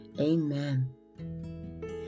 amen